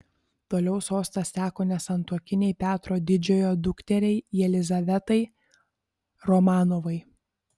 toliau sostas teko nesantuokinei petro didžiojo dukteriai jelizavetai romanovai